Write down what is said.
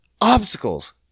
obstacles